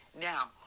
Now